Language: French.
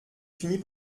finis